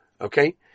Okay